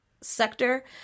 sector